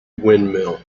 windmill